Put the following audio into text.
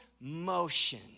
motion